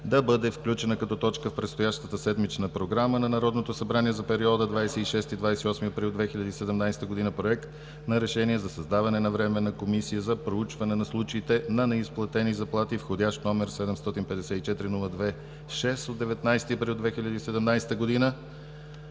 да бъде включена като точка в предстоящата седмична Програма на Народното събрание за периода 26 – 28 април 2017 г. – Проект на Решение за създаване на Временна комисия за проучване на случаите на неизплатени заплати, вх. № 754-02-6 от 19 април 2017 г.